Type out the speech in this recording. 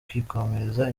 bakikomereza